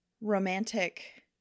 romantic